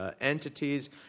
entities